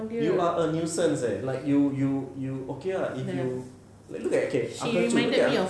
you are a nuisance eh like you you you okay lah if you like look at okay uncle choo look at unc~